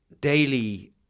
daily